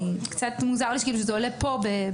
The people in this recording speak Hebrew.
קצת מוזר לי שזה עולה פה בדיון.